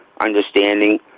understanding